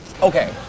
okay